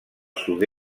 sud